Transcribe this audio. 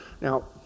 Now